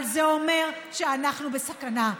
אבל זה אומר שאנחנו בסכנה.